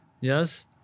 yes